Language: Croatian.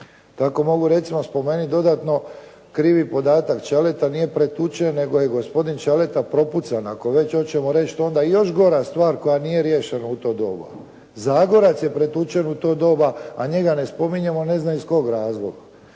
Tako mogu recimo spomenuti dodatno krivi podatak, Ćaleta nije pretučen nego je gospodin Ćaleta propucan ako već hoćemo reći to je onda još gora stvar koja nije riješena u to doba. Zagorac je pretučen u to doba, a njega ne spominjemo ne znam iz kog razloga.